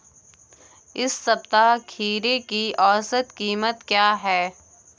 इस सप्ताह खीरे की औसत कीमत क्या है?